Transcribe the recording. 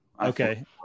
okay